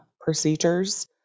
procedures